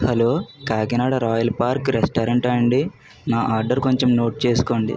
hello Kakinada royal park రెస్టారెంటా అండి నా ఆర్డర్ కొంచెం నోట్ చేసుకోండి